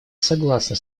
согласна